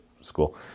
school